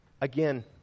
again